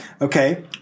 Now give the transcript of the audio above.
Okay